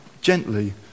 gently